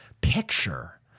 picture